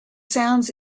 sounds